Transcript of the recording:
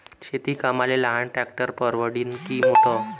शेती कामाले लहान ट्रॅक्टर परवडीनं की मोठं?